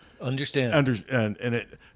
understand